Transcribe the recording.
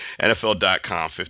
NFL.com